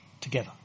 together